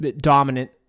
dominant